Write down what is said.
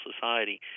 Society